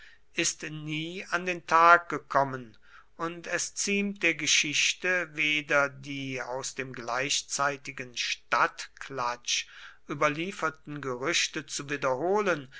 ist nie an den tag gekommen und es ziemt der geschichte weder die aus dem gleichzeitigen stadtklatsch überlieferten gerüchte zu wiederholen